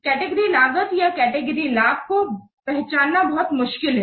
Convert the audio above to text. category लागत या category लाभ को पहचानना बहुत मुश्किल है